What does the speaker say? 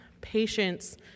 patience